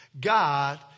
God